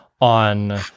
on